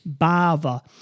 Bava